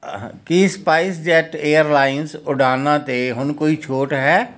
ਕੀ SpiceJet airlines ਉਡਾਣਾਂ 'ਤੇ ਹੁਣ ਕੋਈ ਛੋਟ ਹੈ